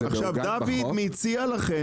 דוד מציע לכם